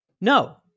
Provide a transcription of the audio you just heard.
no